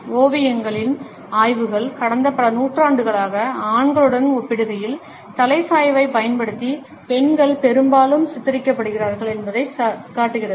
ஓவியங்களின் ஆய்வுகள் கடந்த பல நூற்றாண்டுகளாக ஆண்களுடன் ஒப்பிடுகையில் தலை சாய்வைப் பயன்படுத்தி பெண்கள் பெரும்பாலும் சித்தரிக்கப்படுகிறார்கள் என்பதைக் காட்டுகிறது